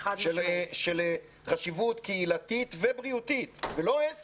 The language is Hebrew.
של חשיבות קהילתית ובריאותית ולא כאל עסק.